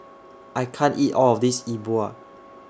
I can't eat All of This E Bua